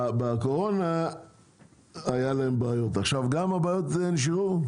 בקורונה היו להם בעיות, עכשיו הבעיות נשארו?